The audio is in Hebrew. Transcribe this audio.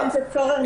ח"כ פורר,